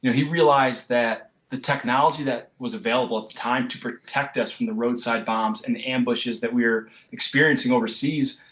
yeah he realized that the technology that was available at the time to protect us from the roadside bombs and the ambushes that we are experiencing overseas,